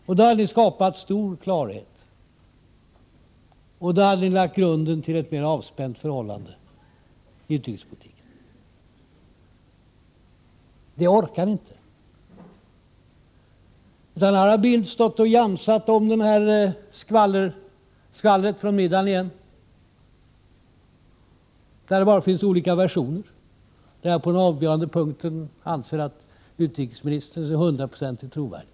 Då hade ni skapat stor klarhet och lagt grunden till ett mera avspänt förhållande i utrikespolitiken. Det orkar ni inte, utan här har Bildt stått och jamsat om skvallret från middagen igen. Där finns det bara olika versioner, och på den avgörande punkten anser jag att utrikesministern är hundraprocentigt trovärdig.